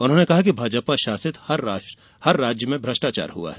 उन्होंने कहा कि भाजपा शासित हर राज्य में भ्रष्टाचार हुआ है